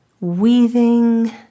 weaving